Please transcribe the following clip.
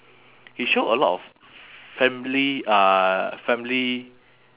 it show a lot of family uh family